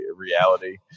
Reality